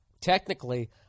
technically